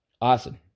Awesome